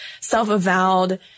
self-avowed